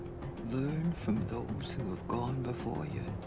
learn from those who have gone before you.